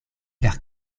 per